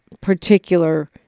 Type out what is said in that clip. particular